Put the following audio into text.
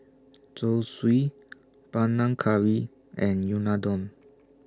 Zosui Panang Curry and Unadon